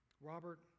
Robert